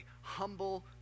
humble